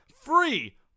free